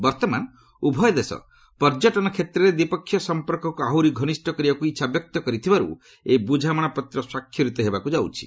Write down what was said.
ବର୍ତ୍ତମାନ ଉଭୟ ଦେଶ ପର୍ଯ୍ୟଟନ କ୍ଷେତ୍ରରେ ଦ୍ୱିପକ୍ଷ ସମ୍ପର୍କକୁ ଆହୁରି ଘନିଷ୍ଠ କରିବାକୁ ଇଚ୍ଛା ବ୍ୟକ୍ତ କରିଥିବାରୁ ଏହି ବୁଝାମଣା ପତ୍ର ସ୍ୱାକ୍ଷରିତ ହେବାକୁ ଯାଉଛି